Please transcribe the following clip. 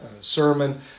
sermon